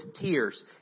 tears